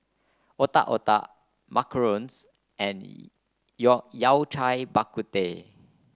Otak Otak Macarons and Yao Cai Bak Kut Teh